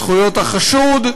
זכויות החשוד,